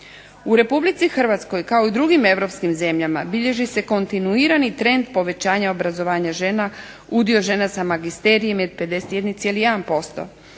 U Republici Hrvatskoj kao i drugim europskim zemljama bilježi se kontinuirani trend povećanja obrazovanja žena, udio žena sa magisterijem 51,1%.